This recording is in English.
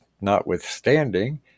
notwithstanding